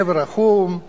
לב רחום,